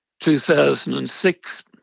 2006